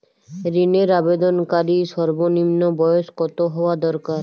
ঋণের আবেদনকারী সর্বনিন্ম বয়স কতো হওয়া দরকার?